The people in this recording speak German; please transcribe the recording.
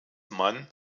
man